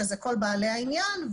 ואלה כל בעלי העניין,